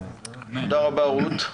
תודה רבה רות.